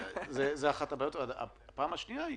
שנית,